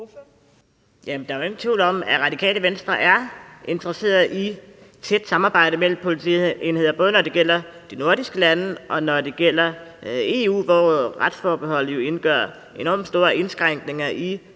Der er ingen tvivl om, at Radikale Venstre er interesseret i et tæt samarbejde mellem politienheder, både når det gælder de nordiske lande, og når det gælder EU, hvor retsforbeholdet jo medfører enormt store indskrænkninger i politiets